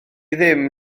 ddim